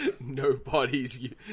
Nobody's